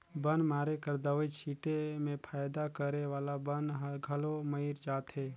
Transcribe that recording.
बन मारे कर दवई छीटे में फायदा करे वाला बन हर घलो मइर जाथे